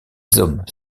hommes